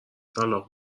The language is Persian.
طلاق